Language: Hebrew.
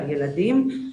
על ילדים.